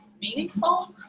meaningful